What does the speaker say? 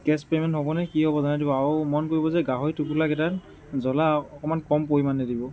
case payment হ'বনে কি হ'ব জনাই দিব আৰু মন কৰিব যে গাহৰি টোপোলাকেইটা জ্বলা অকণমান কম পৰিমাণে দিব